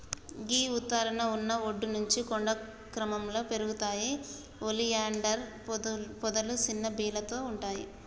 గీ ఉత్తరాన ఉన్న ఒడ్డు నుంచి కొండలు క్రమంగా పెరుగుతాయి ఒలియాండర్ పొదలు సిన్న బీలతో ఉంటాయి